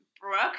Brooke